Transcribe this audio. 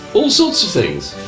all sort of things!